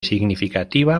significativa